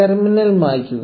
terminal മായ്ക്കുക